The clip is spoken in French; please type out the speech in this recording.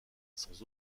sans